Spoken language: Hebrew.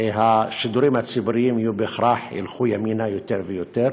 השידורים הציבוריים ילכו בהכרח ימינה יותר ויותר.